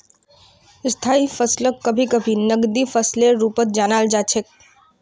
स्थायी फसलक कभी कभी नकदी फसलेर रूपत जानाल जा छेक